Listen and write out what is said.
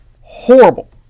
horrible